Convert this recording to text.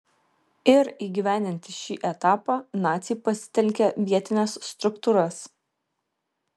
ir įgyvendinti šį etapą naciai pasitelkė vietines struktūras